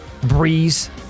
Breeze